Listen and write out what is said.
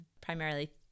primarily